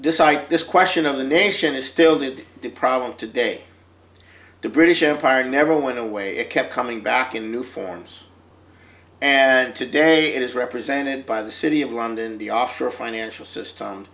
despite this question of the nation is still viewed the problem today the british empire never went away it kept coming back in new forms and today it is represented by the city of london the offshore financial system